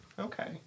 Okay